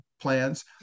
plans